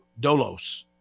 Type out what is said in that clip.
dolos